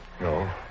No